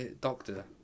Doctor